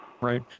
Right